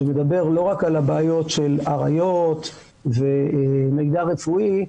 שמדבר לא רק על הבעיות של עריות ומידע רפואי,